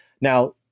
Now